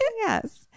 Yes